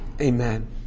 Amen